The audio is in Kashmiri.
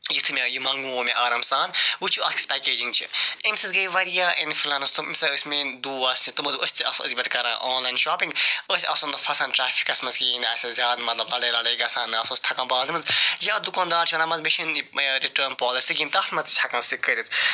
یُتھُے مےٚ یہِ مَنٛگنوو مےٚ آرام سان وٕچھِو اَتھ کِژھ پیکیجِنٛگ چھِ اَمہِ سۭتۍ گٔے واریاہ انفلَنس تِم یِم سا ٲسۍ میٛٲنۍ دوس تِمو دوٚپ أسۍ تہِ آسو أزۍکہِ پٮ۪ٹھ کَران آنلاین شاپِنٛگ أسۍ آسو نہٕ فَسان ٹرٛیفِکَس مَنٛز کِہیٖنۍ نہٕ اسہ ٲس زیادٕ مَطلَب یا دُکاندار چھُ وَنان مَنٛزٕ مےٚ چھے نہٕ یہِ رِٹٲرٕن پالسی لیکن تَتھ مَنٛز تہِ چھِ سُہ ہٮ۪کان کٔرِتھ